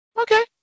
Okay